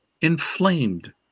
inflamed